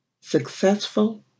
successful